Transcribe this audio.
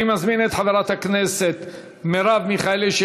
אני מזמין את חברת הכנסת מרב מיכאלי,